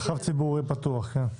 מרחב ציבורי פתוח, כן.